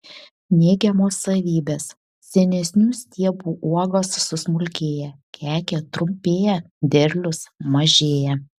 neigiamos savybės senesnių stiebų uogos susmulkėja kekė trumpėja derlius mažėja